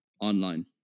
online